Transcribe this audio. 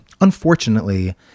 Unfortunately